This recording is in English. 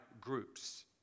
groups